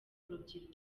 rubyiruko